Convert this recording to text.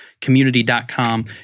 Community.com